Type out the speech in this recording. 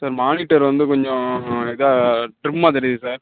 sir monitor வந்து கொஞ்சம் இதாக ட்ரிம்மாக தெரியுது சார்